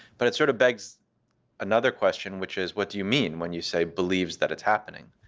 but it sort of begs another question, which is, what do you mean when you say, believes that it's happening?